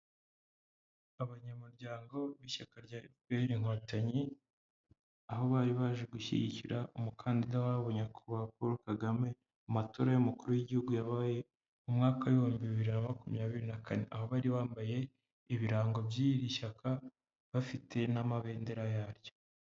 Abanyamuryango b'ishyaka rya fpr inkotanyi, aho bari baje gushyigikira umukandida wabonye nyakubahwa Paul Kagame, mu matora y'umukuru w'igihugu yabaye mu umwaka ibihumbi bibiri na makumyabiri na kane, aho bari bambaye ibirango by'iri shyaka bafite n'amabendera yaryo.